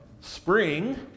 spring